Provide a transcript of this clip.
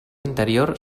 interior